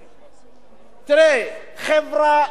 תראה, חברה שלא תחבק